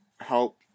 help